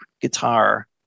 guitar